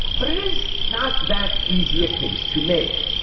but it is not that easy a case to make.